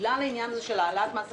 בגלל העניין של העלאת מס הקנייה,